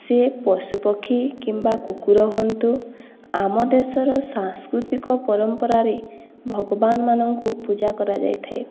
ସେ ପଶୁପକ୍ଷୀ କିମ୍ବା କୁକୁର ହୁଅନ୍ତୁ ଆମ ଦେଶର ସାଂସ୍କୃତିକ ପରମ୍ପରାରେ ଭଗବାନ ମାନଙ୍କୁ ପୂଜା କରାଯାଇଥାଏ